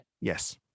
Yes